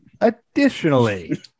Additionally